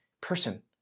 person